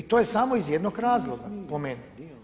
I to je samo iz jednog razloga, po meni.